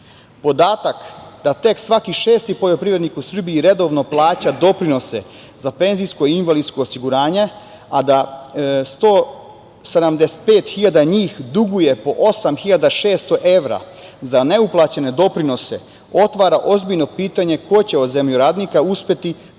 da tek svaki šesti poljoprivrednik u Srbiji redovno plaća doprinose za penzijsko i invalidsko osiguranje, a da 175 hiljada njih duguje po osam hiljada 600 evra, za neuplaćene doprinose otvara ozbiljno pitanje ko će od zemljoradnika uspeti